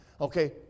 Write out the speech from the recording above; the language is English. Okay